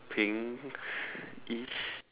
pinkish